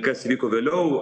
kas vyko vėliau